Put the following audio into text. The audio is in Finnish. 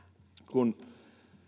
kun